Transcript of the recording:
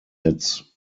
its